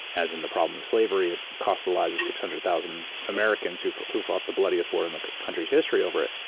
as in the problem of slavery, it costs the lives of six hundred thousand americans who who fought the bloodiest war in the country's history over it.